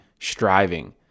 striving